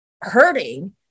hurting